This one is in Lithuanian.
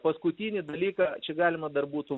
paskutinį dalyką čia galima dar būtų